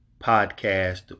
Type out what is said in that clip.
podcast